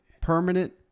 permanent